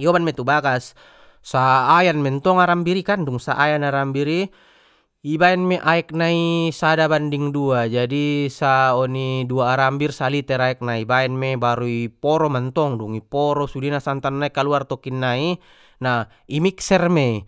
ioban mei tu bagas sa ayan mentong arambir i kan dung sa ayan arambir i i baen mei aek nai sada banding dua jadi sa oni dua arambir sa liter aek na i baen mei baru i poro mantong dung i poro sudena santan nai kaluar tokinnai na i mikser mei.